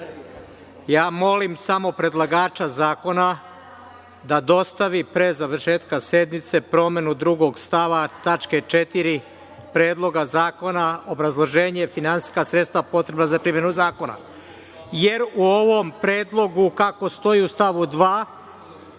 Molim predlagača zakona da dostavi pre završetka sednice promenu 2. stava tačke 4. Predloga zakona – obrazloženje finansijska sredstva potrebna za primenu zakona, jer u ovom predlogu kako stoji u stavu 2.